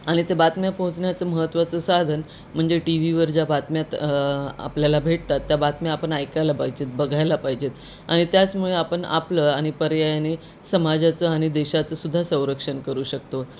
आणि ते बातम्या पोहोचण्याचं महत्त्वाचं साधन म्हणजे टी व्हीवर ज्या बातम्यात आपल्याला भेटतात त्या बातम्या आपण ऐकायला पाहिजेत बघायला पाहिजेत आणि त्याचमुळे आपण आपलं आणि पर्यायाने समाजाचं आणि देशाचंसुद्धा संरक्षण करू शकतो